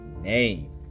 name